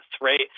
Right